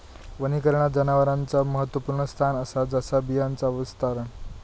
वनीकरणात जनावरांचा महत्त्वपुर्ण स्थान असा जसा बियांचा विस्तारण